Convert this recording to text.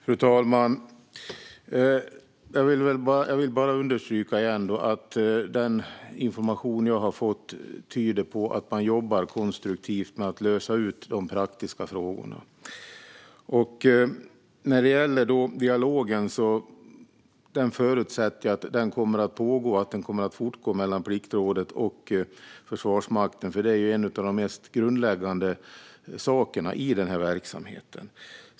Fru talman! Jag vill bara understryka, igen, att den information jag har fått tyder på att man jobbar konstruktivt med att lösa de praktiska frågorna. När det gäller dialogen förutsätter jag att den kommer att fortgå mellan Pliktrådet och Försvarsmakten, för det är ju en av de mest grundläggande sakerna i den här verksamheten.